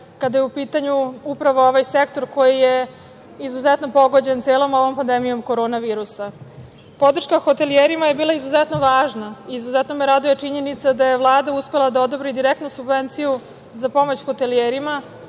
kada je u pitanju upravo ovaj sektor koji je izuzetno pogođen celom ovom pandemijom korona virusa. Podrška hotelijerima je bila izuzetno važna. Izuzetno me raduje činjenica da je Vlada uspela da odobri direktnu subvenciju za pomoć hotelijerima